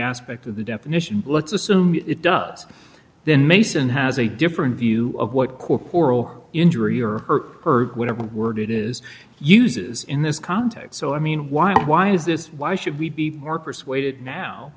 aspect of the definition let's assume it does then mason has a different view of what coral injury or her her whatever word it is uses in this context so i mean why why is this why should we be are persuaded now